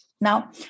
Now